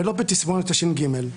ולא בתסמונת הש"ג.